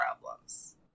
problems